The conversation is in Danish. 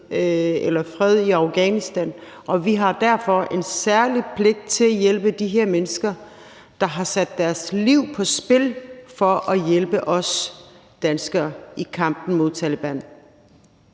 eller fred i Afghanistan, og vi har derfor en særlig pligt til at hjælpe de her mennesker, der har sat deres liv på spil for at hjælpe os danskere i kampen mod Taleban.